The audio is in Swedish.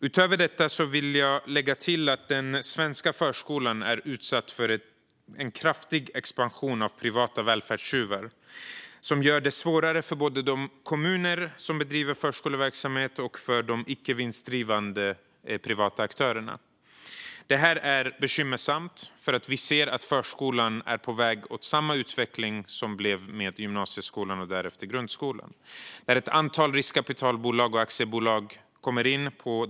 Utöver detta vill jag lägga till att den svenska förskolan är utsatt för en kraftig expansion av privata välfärdstjuvar som gör det svårare både för de kommuner som bedriver förskoleverksamhet och för de icke vinstdrivande privata aktörerna. Det är bekymmersamt, för vi ser att förskolan är på väg mot samma utveckling som gymnasieskolan och därefter grundskolan, där ett antal riskkapitalbolag och aktiebolag kommit in.